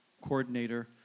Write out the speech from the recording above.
coordinator